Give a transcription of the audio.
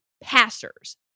passers